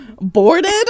boarded